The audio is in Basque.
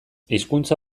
hizkuntza